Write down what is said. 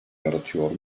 yaratıyor